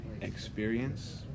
experience